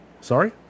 sorry